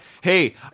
hey